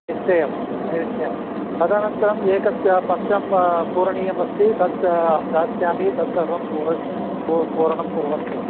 निश्चयम् निश्चयं तदनन्तरम् एकत्र पत्रं पूरणीयमस्ति तद् अहं दास्यामि तद् सर्वं पूर पू पूरणं कुर्वन्तु